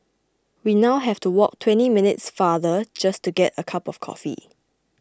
we now have to walk twenty minutes farther just to get a cup of coffee